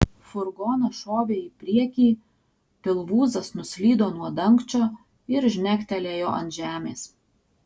furgonas šovė į priekį pilvūzas nuslydo nuo dangčio ir žnegtelėjo ant žemės